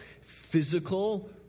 physical